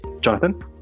Jonathan